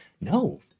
No